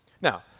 Now